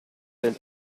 del